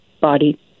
body